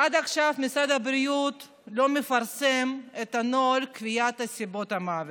עד עכשיו משרד הבריאות לא מפרסם את הנוהל לקביעת סיבות המוות.